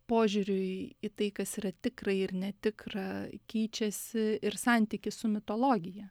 požiūriui į tai kas yra tikra ir netikra keičiasi ir santykis su mitologija